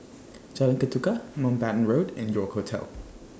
Jalan Ketuka Mountbatten Road and York Hotel